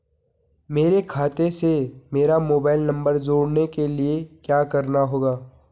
मेरे खाते से मेरा मोबाइल नम्बर जोड़ने के लिये क्या करना होगा?